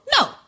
no